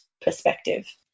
perspective